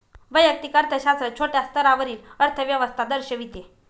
वैयक्तिक अर्थशास्त्र छोट्या स्तरावरील अर्थव्यवस्था दर्शविते